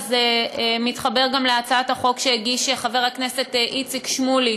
וזה מתחבר גם להצעת החוק שהגיש חבר הכנסת איציק שמולי